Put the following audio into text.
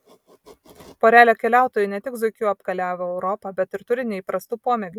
porelė keliautojų ne tik zuikiu apkeliavo europą bet ir turi neįprastų pomėgių